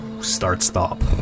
Start-stop